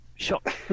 Shot